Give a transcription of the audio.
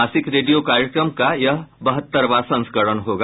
मासिक रेडियो कार्यक्रम का यह बहत्तरवां संस्करण होगा